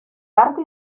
barco